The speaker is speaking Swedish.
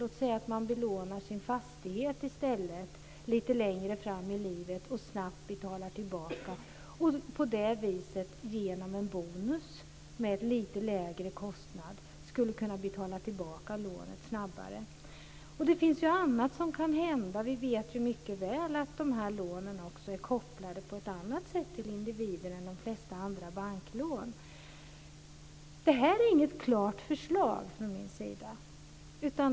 Man kan kanske belåna sin fastighet i stället lite längre fram i livet för att snabbt kunna betala tillbaka. Genom en bonus med lite lägre kostnad skulle man på det viset kunna betala tillbaka lånet snabbare. Det finns ju annat som kan hända. Vi vet ju också att de här lånen är kopplade till individen på ett annat sätt än de flesta andra banklån. Det här är inget klart förslag från min sida.